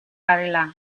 garela